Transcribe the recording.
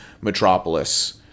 Metropolis